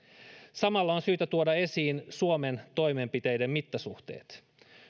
samalla on syytä tuoda esiin suomen toimenpiteiden mittasuhteet